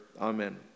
Amen